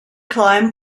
climbed